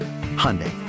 Hyundai